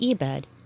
Ebed